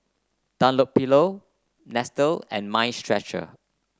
Dunlopillo Nestle and Mind Stretcher